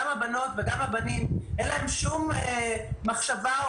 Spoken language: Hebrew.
גם הבנות וגם הבנים אין להם שום מחשבה או